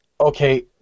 okay